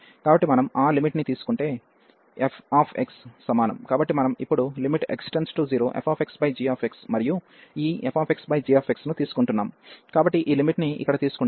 కాబట్టి మనం ఆ లిమిట్ ని తీసుకుంటే f x సమానం కాబట్టి మనం ఇప్పుడు x→0fxgx మరియు ఈ fxgx ను తీసుకుంటున్నాము కాబట్టి ఈ లిమిట్ ని ఇక్కడ తీసుకుంటాము